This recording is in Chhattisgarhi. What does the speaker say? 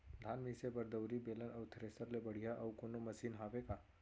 धान मिसे बर दउरी, बेलन अऊ थ्रेसर ले बढ़िया अऊ कोनो मशीन हावे का?